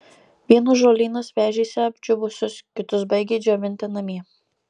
vienus žolynus vežėsi apdžiūvusius kitus baigė džiovinti namie